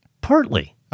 Partly